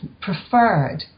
preferred